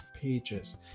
pages